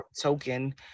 token